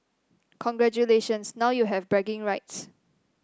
congratulations now you have bragging rights